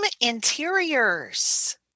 interiors